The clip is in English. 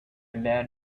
man